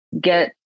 get